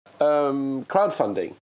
crowdfunding